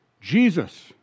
Jesus